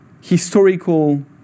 historical